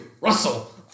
Russell